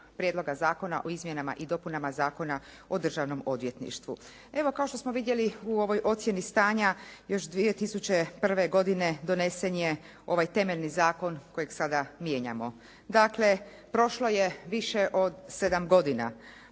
Prijedloga zakona o izmjenama i dopunama Zakona o državnom odvjetništvu. Evo kao što smo vidjeli u ovoj ocjeni stanja, još 2001. godine donesen je ovaj temeljni zakon kojeg sada mijenjamo. Dakle, prošlo je više od 7 godina.